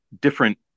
different